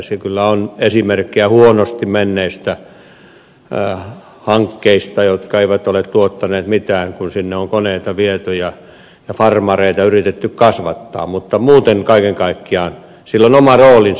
se on kyllä esimerkki huonosti menneistä hankkeista jotka eivät ole tuottaneet mitään kun sinne on koneita viety ja farmareita yritetty kasvattaa mutta muuten kaiken kaikkiaan sillä on oma roolinsa